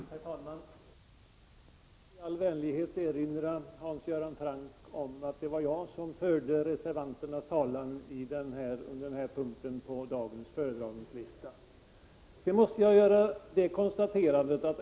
Herr talman! Låt mig först i all vänlighet erinra Hans Göran Franck om att det var jag som förde reservanternas talan under den här punkten på dagens föredragningslista.